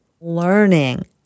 learning